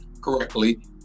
correctly